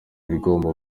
bigomba